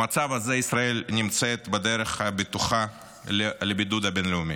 במצב הזה ישראל נמצאת בדרך הבטוחה לבידוד בין-לאומי.